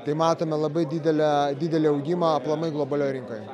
tai matome labai didelę didelį augimą aplamai globalioj rinkoj